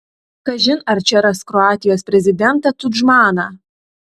kažin ar čia ras kroatijos prezidentą tudžmaną